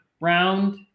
round